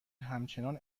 همچنان